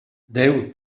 déu